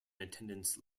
attendance